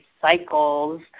cycles